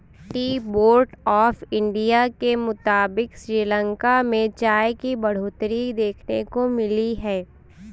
T board of India के मुताबिक़ श्रीलंका में चाय की बढ़ोतरी देखने को मिली है